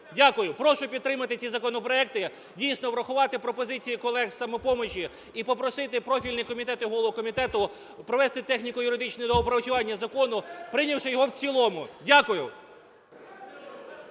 Дякую. Прошу підтримати ці законопроекти, дійсно, врахувати пропозиції колег із "Самопомочі" і попросити профільний комітет і голову комітету провести техніко-юридичне опрацювання закону прийнявши його в цілому. Дякую.